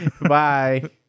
Bye